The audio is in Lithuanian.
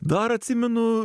dar atsimenu